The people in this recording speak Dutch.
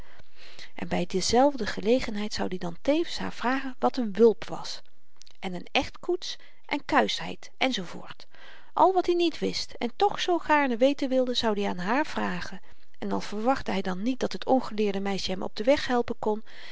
en by dezelfde gelegenheid zoud i dan tevens haar vragen wat n wulp was en n echtkoets en kuisheid en zoo voort al wat i niet wist en toch zoo gaarne weten wilde zoud i aan haar vragen en al verwachtte hy dan niet dat het ongeleerde meisje hem op den weg helpen kon